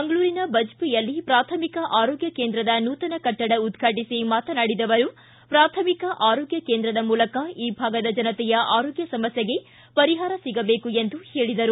ಮಂಗಳೂರಿನ ಬಜ್ವೆಯಲ್ಲಿ ಪ್ರಾಥಮಿಕ ಆರೋಗ್ಯ ಕೇಂದ್ರದ ನೂತನ ಕಟ್ಟಡ ಉದ್ಘಾಟಿಸಿ ಮಾತನಾಡಿದ ಅವರು ಪ್ರಾಥಮಿಕ ಆರೋಗ್ಯ ಕೇಂದ್ರದ ಮೂಲಕ ಈ ಭಾಗದ ಜನತೆಯ ಆರೋಗ್ಯ ಸಮಸ್ಯೆಗೆ ಪರಿಹಾರ ಸಿಗಬೇಕು ಎಂದು ಹೇಳಿದರು